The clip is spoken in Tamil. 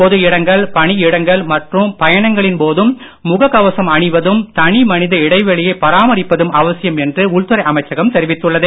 பொது இடங்கள் பணியிடங்கள் மற்றும் பயணங்களின் போதும் முகக் கவசம் அணிவதும் தனி மனித இடைவெளியை பராமரிப்பதும் அவசியம் என்று உள்துறை அமைச்சகம் தெரிவித்துள்ளது